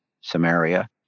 Samaria